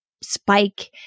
spike